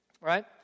Right